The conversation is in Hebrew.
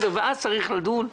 ואז צריך לדון,